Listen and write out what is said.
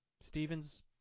Stevens